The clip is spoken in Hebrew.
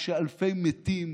כשאלפי מתים